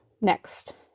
next